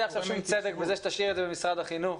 עכשיו שום צדק בזה שתשאיר את זה במשרד החינוך.